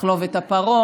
לחלוב את הפרות,